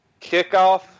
kickoff